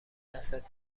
دستت